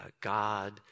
God